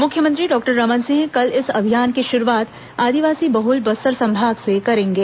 मुख्यमंत्री डॉक्टर रमन सिंह कल इस अभियान की शुरूआत आदिवासी बहल बस्तर संभाग से करेंगे